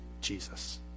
Jesus